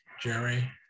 Jerry